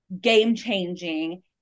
game-changing